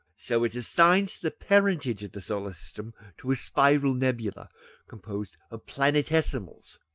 so it assigns the parentage of the solar system to a spiral nebula composed of planetismals,